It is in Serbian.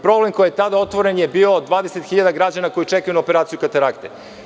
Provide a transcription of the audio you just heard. Problem koji je tada otvoren je bio 20.000 građana koji čekaju na operaciju katarakte.